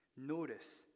Notice